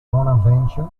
bonaventure